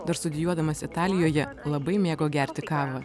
dar studijuodamas italijoje labai mėgo gerti kavą